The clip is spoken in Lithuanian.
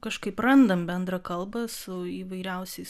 kažkaip randam bendrą kalbą su įvairiausiais